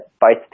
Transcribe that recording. bites